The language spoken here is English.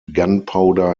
gunpowder